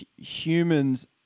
humans